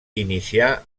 inicià